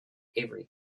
every